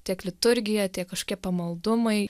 tiek liturgija tie kažkokie pamaldumai